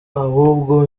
ahubwo